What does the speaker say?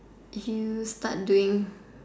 if you start doing